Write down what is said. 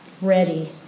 ready